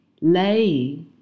lay